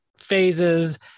phases